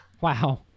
wow